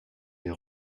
les